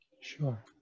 sure